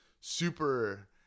super